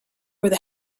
where